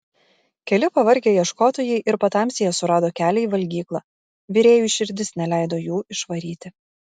keli pavargę ieškotojai ir patamsyje surado kelią į valgyklą virėjui širdis neleido jų išvaryti